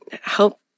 help